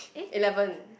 eleven